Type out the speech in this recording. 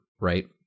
right